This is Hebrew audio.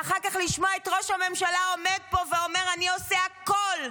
ואחר כך לשמוע את ראש הממשלה עומד פה ואומר: אני עושה הכול.